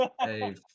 Hey